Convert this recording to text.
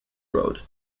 road